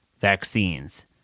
vaccines